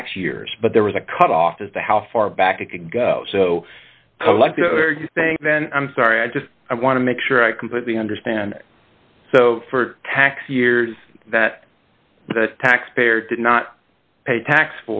tax years but there was a cutoff as to how far back and go so are you saying then i'm sorry i just i want to make sure i completely understand for tax years that the taxpayer did not pay tax